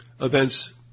Events